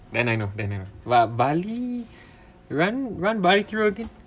then I know then I know but bali run run bali through again